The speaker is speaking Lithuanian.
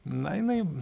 na jinai